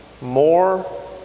more